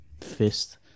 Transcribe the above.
fist